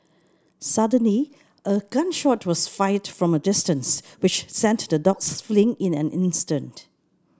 suddenly a gun shot was fired from a distance which sent the dogs fleeing in an instant